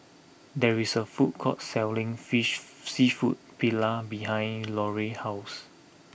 there is a food court selling fish Seafood Paella behind Larae's house